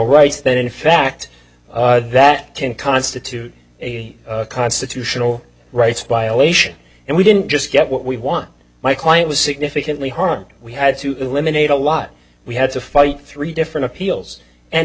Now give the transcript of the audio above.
rights then in fact that can constitute a constitutional rights violation and we didn't just get what we want my client was significantly harmed we had to eliminate a lot we had to fight three different